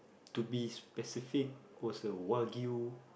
to be specific was the wagyu